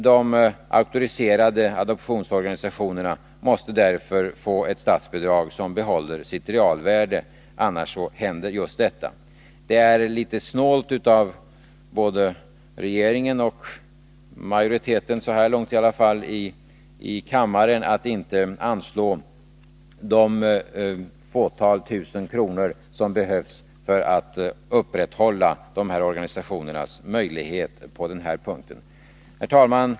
De auktoriserade adoptionsorganisationerna måste därför få ett statsbidrag som behåller sitt realvärde — annars händer just detta. Det är litet snålt både av regeringen och av majoriteten i utskottet att inte vilja anslå det fåtal tusen kronor som behövs för att upprätthålla dessa organisationers möjligheter på denna punkt. Herr talman!